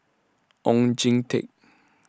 Oon Jin Teik